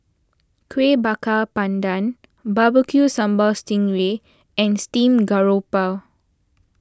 Kuih Bakar Pandan BBQ Sambal Sting Ray and Steamed Garoupa